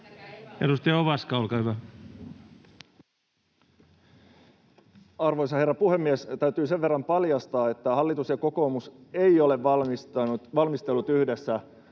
Time: 16:00 Content: Arvoisa herra puhemies! Täytyy sen verran paljastaa, että hallitus ja kokoomus eivät ole valmistelleet yhdessä